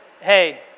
hey